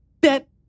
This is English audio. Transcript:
bet